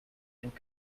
and